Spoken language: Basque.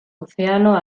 ozeano